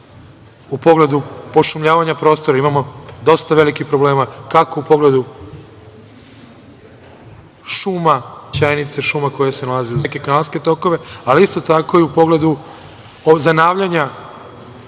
pogledu pošumljavanja prostora imamo dosta velikih problema kako u pogledu šuma koje se nalaze uz saobraćajnice, šuma koje se nalaze uz reke, kanalske tokove, ali isto tako i u pogledu zanavljanja